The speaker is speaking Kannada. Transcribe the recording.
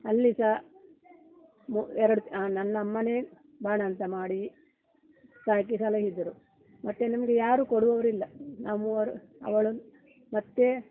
ಅಲ್ಲಿ ಸಹ ಮೂ ಎರಡು ನನ್ನ ಅಮ್ಮನೇ ಬಾಣಂತಿ ಮಾಡಿ ಸಾಕಿ ಸಲಹಿದ್ರು ಮತ್ತೆ ನಮಗೆ ಯಾರು ಕೊಡುವವರಿಲ್ಲ ನಾನು ಮೂವರು ಅವಳು ಮತ್ತು